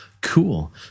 Cool